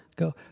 Go